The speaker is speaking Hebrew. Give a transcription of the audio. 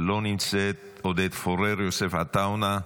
לא נמצאת, עודד פורר, יוסף עטאונה,